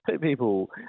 people